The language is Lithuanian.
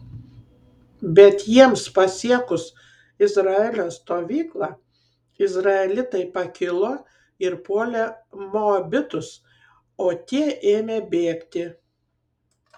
bet jiems pasiekus izraelio stovyklą izraelitai pakilo ir puolė moabitus o tie ėmė bėgti